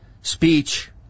speech